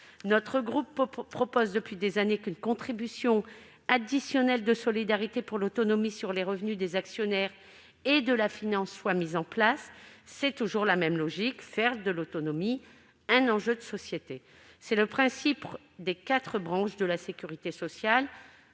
Le groupe CRCE propose depuis des années qu'une contribution additionnelle de solidarité pour l'autonomie prise sur les revenus des actionnaires et de la finance soit mise en place. Une telle mesure contribuerait à faire de l'autonomie un enjeu de société. Le principe des quatre branches de la sécurité sociale